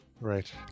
Right